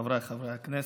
חבריי חברי הכנסת,